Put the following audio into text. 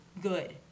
good